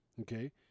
Okay